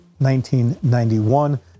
1991